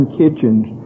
kitchens